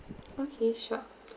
okay sure